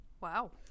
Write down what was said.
wow